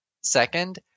second